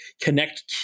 connect